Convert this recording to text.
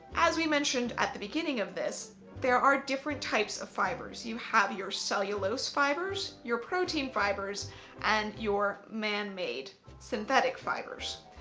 as we mentioned at the beginning of this, there are different types of fibres. you have your cellulose fibres, your protein fibres and your man-made synthetic fibres.